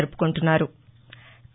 జరుపుకుంటున్నాం